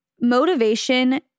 motivation